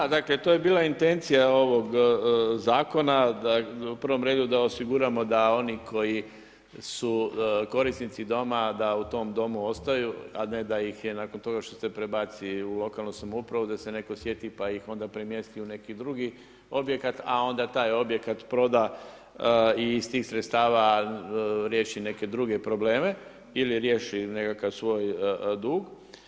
Da, dakle to je bila intencija ovog zakona da, u prvom redu da osiguramo da oni koji su korisnici doma da u tom domu ostaju a ne da ih je nakon toga što se prebaci u lokalnu samoupravu da se netko sjeti pa ih onda premjesti u neki drugi objekt a onda taj objekt proda i iz tih sredstava riješi neke druge probleme ili riješi nekakav svoj dug.